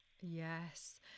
Yes